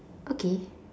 okay